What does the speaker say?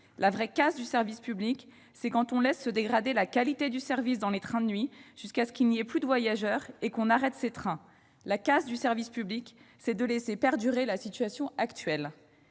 La vraie casse du service public, c'est quand on laisse se dégrader la qualité du service dans les trains de nuit jusqu'à ce qu'il n'y ait plus de voyageurs et qu'on arrête ces trains. La casse du service public, c'est de laisser perdurer la situation actuelle